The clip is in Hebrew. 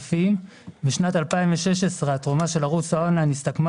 בשנת 2016 התרומה של ערוץ האון-ליין הסתכמה